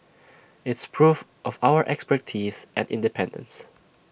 it's proof of our expertise and independence